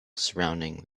surrounding